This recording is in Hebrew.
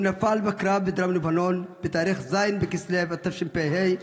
נפל בקרב בדרום לבנון בתאריך ז' בכסלו התשפ"ה,